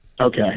Okay